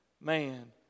Man